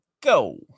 Go